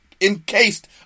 encased